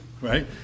right